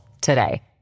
today